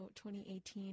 2018